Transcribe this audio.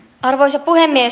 arvoisa puhemies